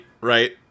right